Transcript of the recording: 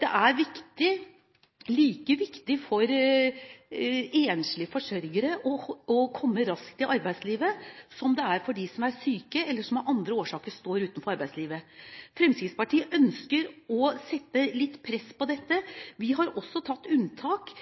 Det er like viktig for enslige forsørgere å komme raskt ut i arbeidslivet som det er for dem som er syke, eller for dem som av andre årsaker står utenfor arbeidslivet. Fremskrittspartiet ønsker å legge litt vekt på det. Vi har gjort unntak